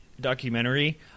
documentary